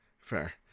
Fair